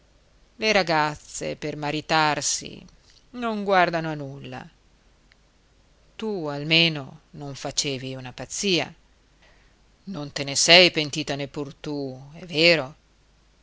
le ragazze per maritarsi non guardano a nulla tu almeno non facevi una pazzia non te ne sei pentita neppur tu è vero